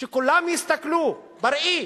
שכולם יסתכלו בראי